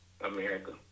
America